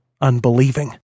unbelieving